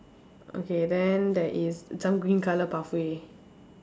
okay then there is some green colour pathway